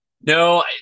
no